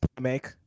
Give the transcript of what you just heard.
make